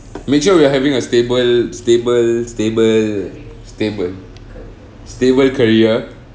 make sure we are having a stable stable stable stable stable career